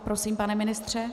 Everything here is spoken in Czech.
Prosím, pane ministře.